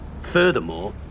Furthermore